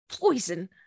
poison